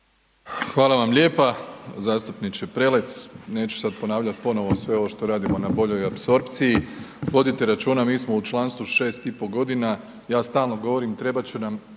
Hvala vam lijepa. Zastupniče Prelec, neću sada ponavljati ponovo sve ovo što radimo na boljoj apsorpciji, vodite računa mi smo u članstvu 6,5 godina, ja stalno govorim trebat će nam